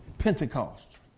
Pentecost